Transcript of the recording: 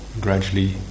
gradually